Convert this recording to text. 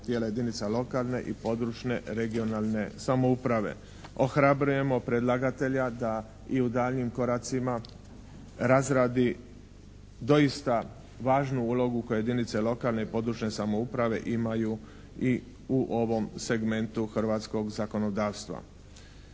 tijela jedinica lokalne i područne (regionalne) samouprave. Ohrabrujemo predlagatelja da i u daljnjim koracima razradi doista važnu ulogu koje jedinice lokalne i područne samouprave imaju i u ovom segmentu hrvatskog zakonodavstva.